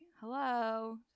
hello